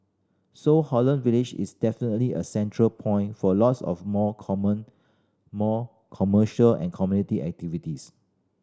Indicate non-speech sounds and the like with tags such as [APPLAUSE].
so Holland Village is definitely a central point for a lots more [UNINTELLIGIBLE] more commercial and community activities